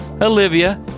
Olivia